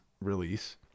release